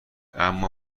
اما